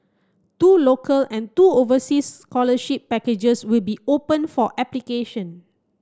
two local and two oversea scholarship packages will be open for application